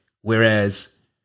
Whereas